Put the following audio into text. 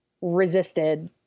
resisted